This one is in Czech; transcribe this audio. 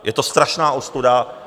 Je to strašná ostuda.